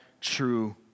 true